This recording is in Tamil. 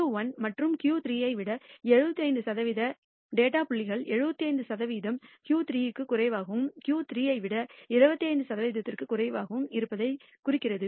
Q1 மற்றும் Q3 ஐ விட 75 சதவிகிதம் டேட்டா புள்ளிகள் 75 சதவிகிதம் Q3 க்கும் குறைவாகவும் Q3 ஐ விட 25 சதவிகிதத்திற்கும் குறைவாகவும் இருப்பதைக் குறிக்கிறது